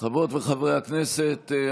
חברות וחברי הכנסת,